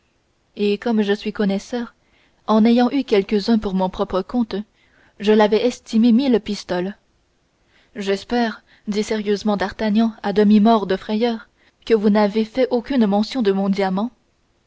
et comme je suis connaisseur en ayant eu quelques-uns pour mon propre compte je l'avais estimé mille pistoles j'espère dit sérieusement d'artagnan à demi mort de frayeur que vous n'avez aucunement fait mention de mon diamant